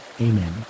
amen